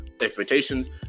expectations